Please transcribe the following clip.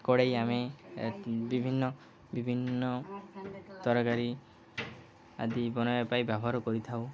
କଡ଼େଇ ଆମେ ବିଭିନ୍ନ ବିଭିନ୍ନ ତରକାରୀ ଆଦି ବନେଇବା ପାଇଁ ବ୍ୟବହାର କରିଥାଉ